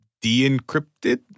de-encrypted